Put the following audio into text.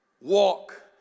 walk